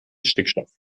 stickstoff